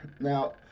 now